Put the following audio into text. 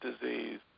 disease